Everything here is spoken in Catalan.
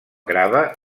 grava